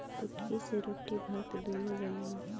कुटकी से रोटी भात दूनो बनेला